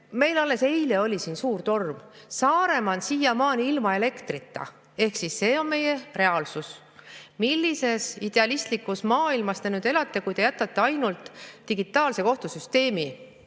Meil alles eile oli siin suur torm. Saaremaa on siiamaani ilma elektrita, ehk siis see on meie reaalsus. Millises idealistlikus maailmas te nüüd elate, kui te jätate ainult digitaalse kohtusüsteemi?